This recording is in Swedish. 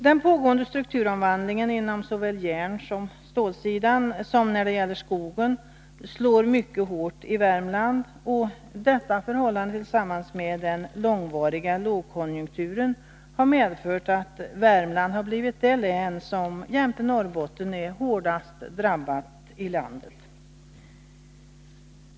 Den pågående strukturomvandlingen på såväl järnoch stålsidan som då det gäller skogen slår mycket hårt i Värmland. Detta förhållande, tillsammans med den långvariga lågkonjunkturen, har medfört att Värmland har blivit det län som jämte Norrbotten är hårdast drabbat i landet.